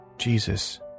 Jesus